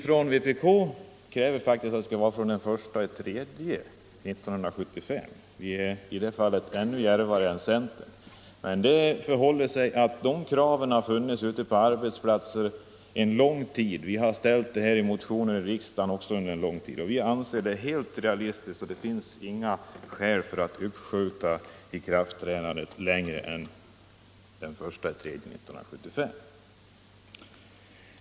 Från vpk kräver vi faktiskt att bestämmelsen skall träda i kraft den 1 mars 1975 — vi är i det fallet ännu djärvare än centern. Kravet på sänkt pensionsålder har funnits på arbetsplatserna under en lång tid, och vi har länge motionerat härom i riksdagen. Vi anser inte att det finns något skäl att uppskjuta ikraftträdandet längre än till den 1 mars 1975.